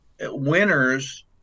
winners